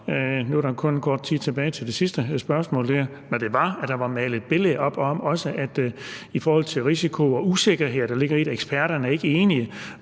Nu er der kun kort tid tilbage til det sidste spørgsmål, men der var malet et billede op af det, også i forhold til risiko og usikkerhed. Og eksperterne er ikke enige.